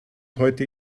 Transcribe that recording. heute